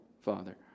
Father